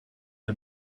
the